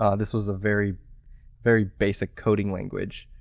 um this was a very very basic coding language.